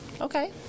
Okay